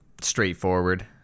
straightforward